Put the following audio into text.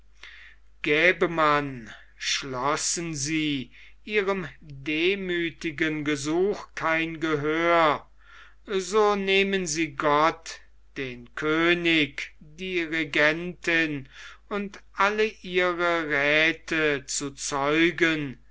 gäbe man schlossen sie ihrem demüthigen gesuch kein gehör so nehmen sie gott den könig die regentin und alle ihre räthe zu zeugen